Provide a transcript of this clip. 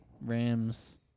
Rams